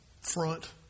front